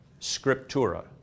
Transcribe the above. scriptura